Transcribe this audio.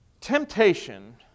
temptation